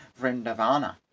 Vrindavana